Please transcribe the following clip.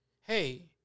hey